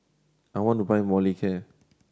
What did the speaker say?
I want to buy Molicare